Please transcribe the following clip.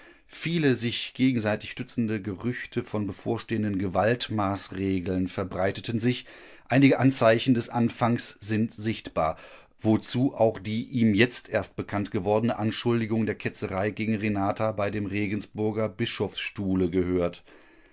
viele sich gegenseitig stützende gerüchte von bevorstehenden gewaltmaßregeln verbreiteten sich einige anzeichen des anfangs sind sichtbar wozu auch die ihm jetzt erst bekannt gewordene anschuldigung der ketzerei gegen renata bei dem regensburger bischofsstuhle gehört